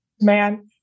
man-